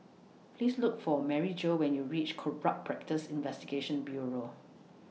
Please Look For Maryjo when YOU REACH Corrupt Practices Investigation Bureau